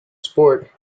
sport